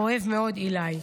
אוהב מאוד, איליי".